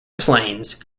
plains